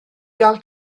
gael